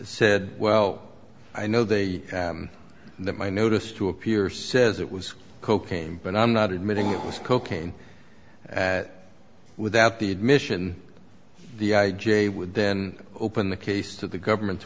said well i know they know my notice to appear says it was cocaine but i'm not admitting it was cocaine at without the admission the i j a would then open the case to the government